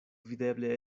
videble